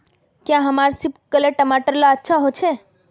क्याँ हमार सिपकलर टमाटर ला अच्छा होछै?